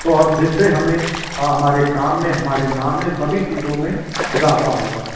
تو اور جس سے ہمیں ہمارے کام میں ہمارے نام میں سبھی چیزوں میں اضافہ ہوگا